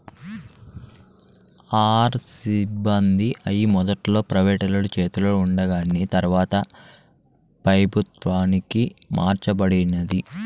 RBI మొదట్ల ప్రైవేటోలు చేతల ఉండాకాని తర్వాత పెబుత్వంలోకి మార్స బడినాది